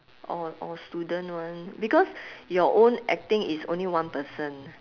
or or student one because your own acting is only one person